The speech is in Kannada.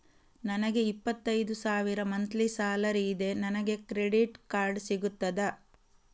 ನನಗೆ ಇಪ್ಪತ್ತೈದು ಸಾವಿರ ಮಂತ್ಲಿ ಸಾಲರಿ ಇದೆ, ನನಗೆ ಕ್ರೆಡಿಟ್ ಕಾರ್ಡ್ ಸಿಗುತ್ತದಾ?